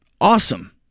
Awesome